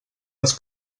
les